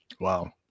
Wow